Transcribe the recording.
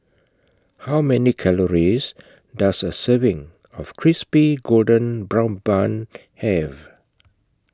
How Many Calories Does A Serving of Crispy Golden Brown Bun Have